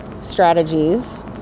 strategies